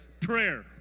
prayer